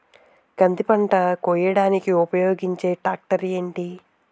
కంది పంట కోయడానికి ఉపయోగించే ట్రాక్టర్ ఏంటి?